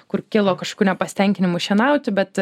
kur kilo kažkokių nepasitenkinimų šienauti bet